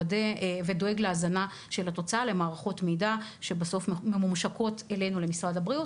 ודואג להזנה של התוצאה למערכות מידע שבסוף ממושקות אלינו למשרד הבריאות,